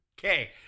Okay